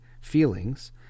feelings